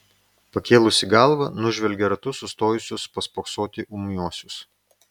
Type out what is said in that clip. pakėlusi galvą nužvelgia ratu sustojusius paspoksoti ūmiuosius